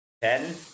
Ten